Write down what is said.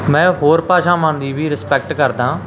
ਮੈਂ ਹੋਰ ਭਾਸ਼ਾਵਾਂ ਦੀ ਵੀ ਰਿਸਪੈਕਟ ਕਰਦਾ